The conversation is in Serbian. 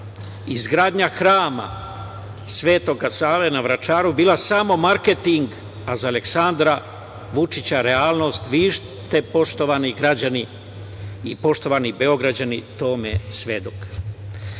izgradnja Hrama Svetoga Save na Vračaru bila samo marketing, a za Aleksandra Vučića realnost. Vi ste, poštovani građani i poštovani Beograđani, tome svedok. Tako